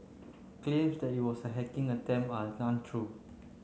claims that it was a hacking attempt are untrue